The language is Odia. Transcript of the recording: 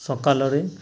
ସକାଳରେ